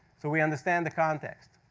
so we understand the context.